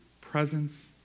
presence